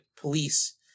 Police